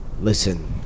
listen